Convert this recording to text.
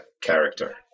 character